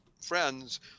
friends